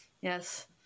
yes